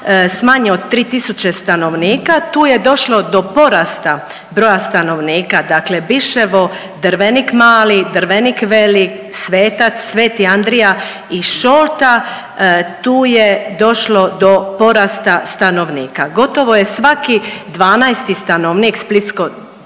s manje od 3 tisuće stanovnika, tu je došlo do porasta broja stanovnika, dakle Biševo, Drvenik Mali, Drvenik Veli, Svetac, Sveti Andrija i Šolta, tu je došlo do porasta stanovnika, gotovo je svaki 12. stanovnik